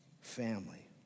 family